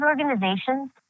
organizations